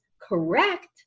correct